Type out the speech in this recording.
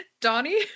Donnie